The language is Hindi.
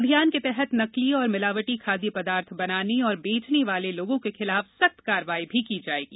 अभियान के तहत नकली और मिलावटी खाद्य पदार्थ बनाने और बेचने वाले लोगों के खिलाफ सख्त कार्रवाई भी की जाएगी